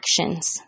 actions